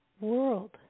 world